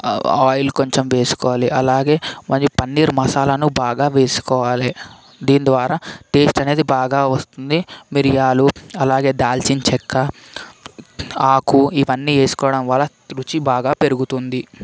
oil కొంచెం వేసుకోవాలి అలాగే మరి పన్నీర్ మసాలను బాగా వేసుకోవాలి దీని ద్వారా టెస్ట్ అనేది బాగా వస్తుంది మిరియాలు అలాగే దాల్చిన చెక్క ఆకు ఇవన్నీ వేసుకోవడం వల్ల రుచి బాగా పెరుగుతుంది